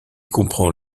comprend